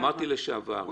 אמרתי, לשעבר.